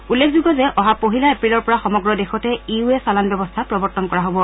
উল্লেখযোগ্য যে অহা পহিলা এপ্ৰিলৰ পৰা সমগ্ৰ দেশতে ই ৱে চালান ব্যৱস্থা প্ৰবৰ্তন কৰা হব